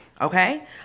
Okay